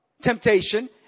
temptation